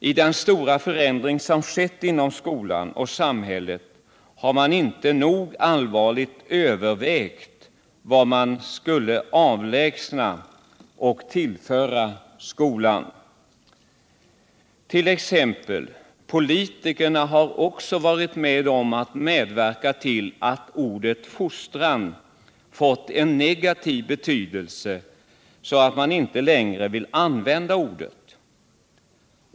I den stora förändring som skett inom skolan och samhället har man inte nog allvarligt övervägt vad man skulle avlägsna från resp. tillföra skolan. Så t.ex. har också politikerna varit med om att medverka till att ordet fostran fått en negativ betydelse, så att man inte längre vill använda det.